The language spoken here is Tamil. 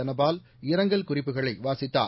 தனபால் இரணுகல் குறிப்டுகளை வாசித்தார்